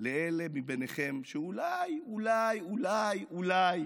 לאלה מבינכם שאולי אולי אולי אולי